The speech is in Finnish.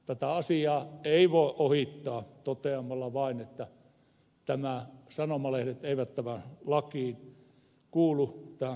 tätä asiaa ei voi ohittaa toteamalla vain että sanomalehdet eivät tähän käsiteltävään postilakiin kuulu